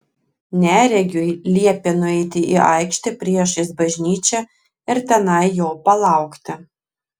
neregiui liepė nueiti į aikštę priešais bažnyčią ir tenai jo palaukti